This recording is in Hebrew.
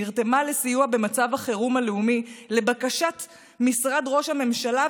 שנרתמה לסיוע במצב החירום הלאומי לבקשת משרד ראש ההמשלה,